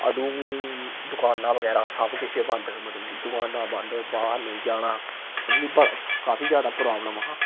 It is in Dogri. अंदू दकानांं बगैरा सब किश गै बंद हा मतलब कि दकानांं बंद बाह्र निं जाना काफी ज्यादा प्राब्लमां हा